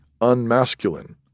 unmasculine